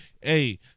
hey